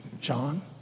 John